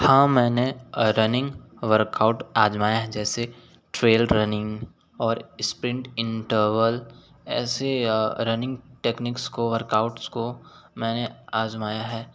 हाँ मैंने running workout आजमाया है जैसे ट्रेल रनिंग और स्प्रिंट इंटरवल ऐसे रनिंग टेक्नीकस को वर्काउट को मैंने आजमाया है